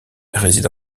réside